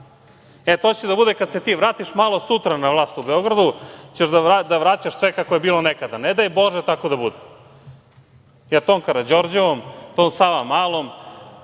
E, to će da bude kada se ti vratiš malo sutra na vlast u Beogradu, vraćaćeš sve kako je bilo nekada. Ne daj Bože da tako bude, jer tom Karađorđevom, tom Savamalom,